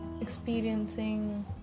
experiencing